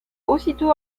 aussitôt